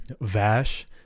Vash